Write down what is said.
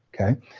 okay